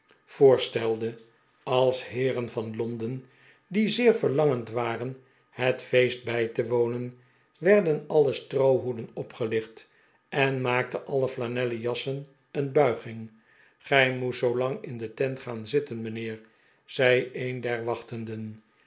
stelde als heeren van londen die zeer verlangend waren het feest foij te wonen werden alle stroohoeden opgelicht en maakten alle flanellen jassen een bulging grj moest zoolang in de tent gaan zitten mijnheer zei een der wachtenden